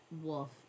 wolf